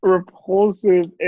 Repulsive